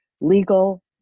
legal